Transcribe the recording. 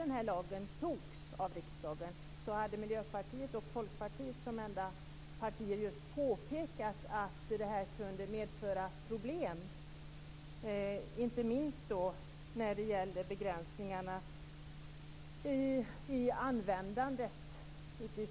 Redan när lagen antogs av riksdagen hade Miljöpartiet och Folkpartiet som enda partier påpekat att den kunde medföra problem inte minst när det gällde begränsningar i användandet. Vi